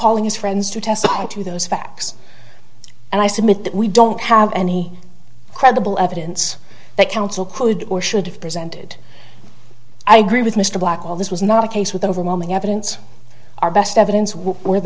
calling his friends to testify to those facts and i submit that we don't have any credible evidence that counsel could or should have presented i agree with mr black all this was not a case with overwhelming evidence our best evidence